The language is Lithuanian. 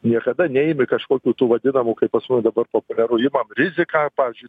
niekada neinu į kažkokių tų vadinamų kai pas mus dabar populiaru imam riziką pavyzdžiui